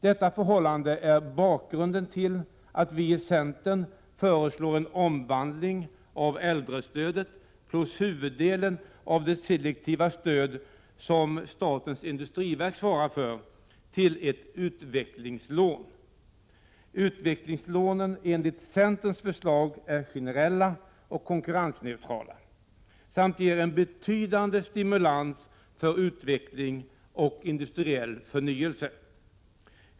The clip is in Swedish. Detta förhållande utgör bakgrunden till att vi i centern föreslår att äldrestödet, plus huvuddelen av det selektiva stöd som statens industriverk svarar för, omvandlas till ett utvecklingslån. Utvecklingslånen enligt centerns förslag är generella och konkurrensneutrala och ger en betydande stimulans för utveckling och industriell förnyelse.